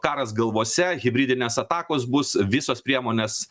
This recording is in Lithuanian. karas galvose hibridinės atakos bus visos priemonės